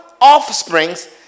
offsprings